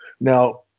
Now